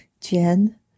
Jen